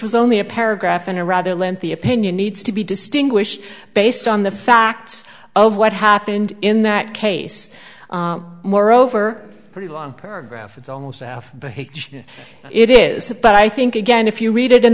was only a paragraph in iraq there lengthy opinion needs to be distinguished based on the facts of what happened in that case moreover pretty long paragraph it's almost a half it is a but i think again if you read it in